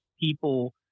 people